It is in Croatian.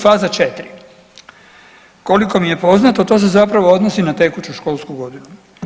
Faza 4 – koliko mi je poznato to se zapravo odnosi na tekuću školsku godinu.